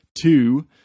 two